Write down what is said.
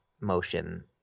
motion